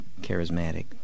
charismatic